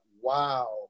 wow